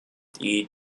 die